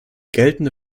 geltende